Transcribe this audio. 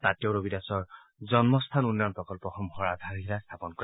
তাত তেওঁ ৰবিদাসৰ জন্মস্থান উন্নয়ন প্ৰকল্পসমূহৰ আধাৰশিলা স্থাপন কৰে